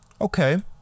Okay